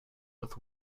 with